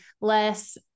less